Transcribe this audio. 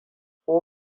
ko